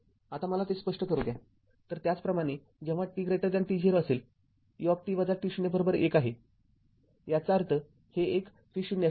आता मला ते स्पष्ट करू द्या तर त्याचप्रमाणेजेव्हा t t0 असेल u १ आहे याचा अर्थहे एक v0 असेल